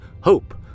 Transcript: hope